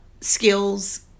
skills